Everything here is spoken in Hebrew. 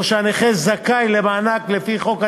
או שהנכה זכאי למענק לפי החוק,